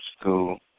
school